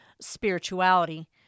spirituality